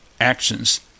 actions